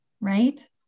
right